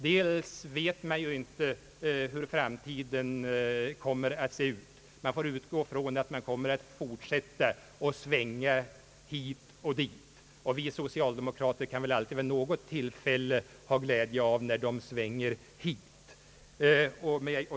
Man vet inte hur framtiden kommer att se ut, men man kan utgå ifrån att folkpartisterna kommer att fortsätta att svänga hit och dit. Vi socialdemokrater kan väl alltid vid något tillfälle ha glädje av när de svänger hit.